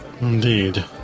Indeed